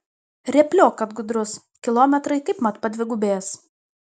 rėpliok kad gudrus kilometrai kaip mat padvigubės